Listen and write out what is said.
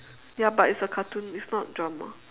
ya but it's a cartoon it's not drama